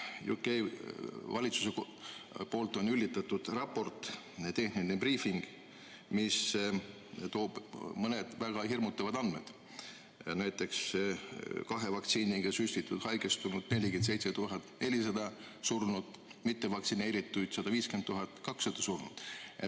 UK valitsuse poolt on üllitatud raport, tehniline briifing, mis toob mõned väga hirmutavad andmed. Näiteks, kahe vaktsiiniga süstitud haigestunud – 47 400 surnut, mittevaktsineeritud – 150 200 surnut.